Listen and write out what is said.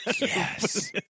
Yes